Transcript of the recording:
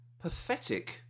pathetic